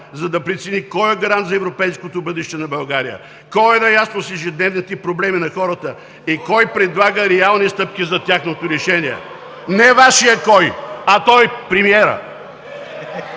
за да прецени кой е гарант за европейското бъдеще на България, кой е наясно с ежедневните проблеми на хората и кой предлага реални стъпки за тяхното решение. РЕПЛИКИ ОТ „БСП ЗА